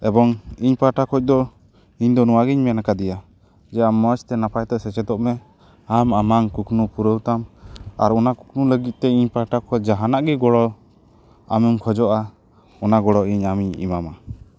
ᱮᱵᱚᱝ ᱤᱧ ᱯᱟᱦᱴᱟ ᱠᱷᱚᱱ ᱫᱚ ᱤᱧ ᱫᱚ ᱱᱚᱣᱟ ᱜᱮᱧ ᱢᱮᱱ ᱠᱟᱫᱮᱭᱟ ᱡᱮ ᱟᱢ ᱢᱚᱡᱽ ᱛᱮ ᱱᱟᱯᱟᱭ ᱛᱮ ᱥᱮᱪᱮᱫᱚᱜ ᱢᱮ ᱟᱢ ᱟᱢᱟᱝ ᱠᱩᱠᱢᱩ ᱯᱩᱨᱟᱹᱣ ᱛᱟᱢ ᱟᱨ ᱚᱱᱟ ᱠᱩᱠᱢᱩ ᱞᱟᱹᱜᱤᱫ ᱛᱮ ᱤᱧ ᱯᱟᱦᱴᱟ ᱠᱷᱚᱱ ᱡᱟᱦᱟᱱᱟᱜ ᱜᱮ ᱜᱚᱲᱚ ᱟᱢᱮᱢ ᱠᱷᱚᱡᱚᱜᱼᱟ ᱚᱱᱟ ᱜᱚᱲᱚ ᱤᱧ ᱟᱢᱤᱧ ᱮᱢᱟᱢᱟ